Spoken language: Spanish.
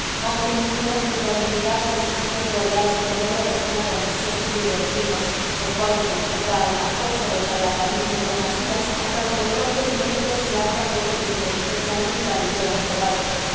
hombre nulo cuyo habilidad consistió en rodearse de media docena de ambiciosos villaverdinos los cuales le encumbraron a fuerza de charlatanismo y demasías hasta donde propios méritos y altas dotes de inteligencia nunca le hubieran elevado